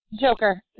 Joker